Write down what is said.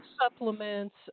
Supplements